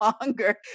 longer